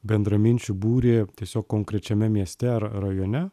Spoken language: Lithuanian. bendraminčių būrį tiesiog konkrečiame mieste ar rajone